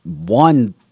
one